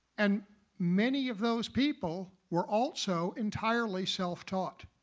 and many of those people were also entirely self-taught.